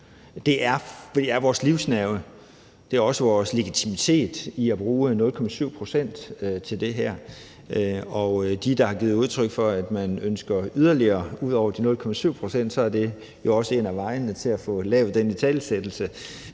Det er vores livsnerve; det er også vores legitimitet i forhold til at bruge 0,7 pct. til det her. Og i forhold til dem, der har givet udtryk for, at man ønsker yderligere ud over de 0,7 pct., vil jeg sige, at det jo også er en af vejene til at få lavet den italesættelse.